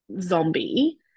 zombie